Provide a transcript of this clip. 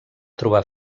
trobar